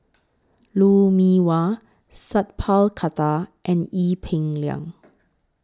Lou Mee Wah Sat Pal Khattar and Ee Peng Liang